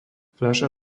fľaša